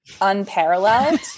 Unparalleled